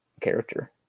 character